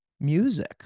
music